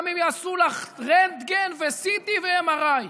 גם אם יעשו לך רנטגן ו-CT ו-MRI.